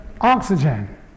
Oxygen